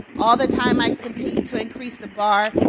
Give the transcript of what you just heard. all the time i continue to increase the bar,